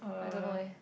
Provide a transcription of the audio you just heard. I don't know eh